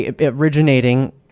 originating